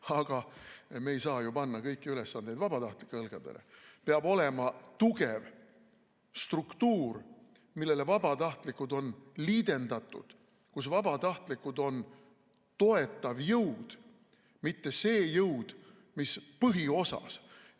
Aga me ei saa ju panna kõiki ülesandeid vabatahtlike õlgadele. Peab olema tugev struktuur, mille külge vabatahtlikud on liidendatud, vabatahtlikud on toetav jõud, mitte see jõud, millel on põhiosa.